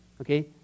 okay